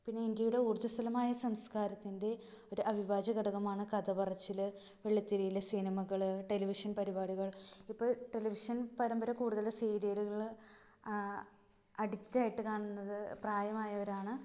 പിന്നെ ഇന്ത്യയുടെ ഊർജസ്വലമായ സംസ്കാരത്തിൻ്റെ ഒരവിഭാജ്യ ഘടകമാണ് കഥപറച്ചില് വെള്ളിത്തിരയിലെ സിനിമകള് ടെലിവിഷൻ പരിപാടികൾ ഇപ്പോള് ടെലിവിഷൻ പരമ്പര കൂടുതല് സീരിയലുകള് അഡിക്റ്റായിട്ട് കാണുന്നത് പ്രായമായവരാണ്